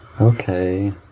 Okay